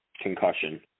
concussion